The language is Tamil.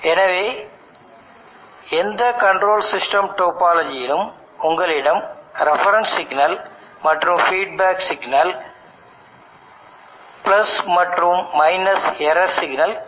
எனவே எந்த கன்ட்ரோல் சிஸ்டம் டோபொலஜியிலும் உங்களிடம் ரெஃபரன்ஸ் சிக்னல் மற்றும் ஃபீட்பேக் சிக்னல் மற்றும் எரர் சிக்னல் இருக்கும்